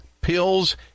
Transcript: pills